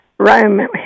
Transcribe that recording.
Rome